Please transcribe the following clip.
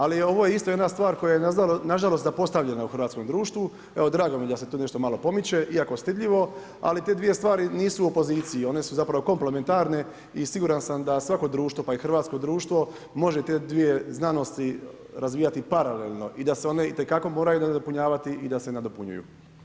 Ali ovo je isto jedna stvar koja je nažalost zapostavljena u hrvatskom društvu, evo drago mi je da se to nešto malo pomiče iako stidljivo ali te dvije stvari nisu u opoziciji, one su zapravo komplementarne i siguran sam da svako društvo pa i hrvatsko društvo može te dvije znanosti razvijati paralelno i da se one itekako moraju nadopunjavati i da se nadopunjuju.